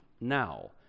now